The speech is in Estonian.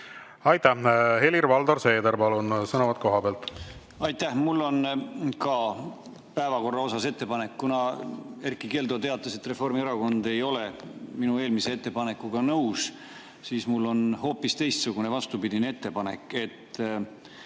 Aitäh! Helir-Valdor Seeder, palun, sõnavõtt kohapealt! Aitäh! Mul on ka päevakorra kohta ettepanek. Kuna Erkki Keldo teatas, et Reformierakond ei ole minu eelmise ettepanekuga nõus, siis mul on hoopis teistsugune, vastupidine ettepanek: